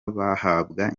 bahabwa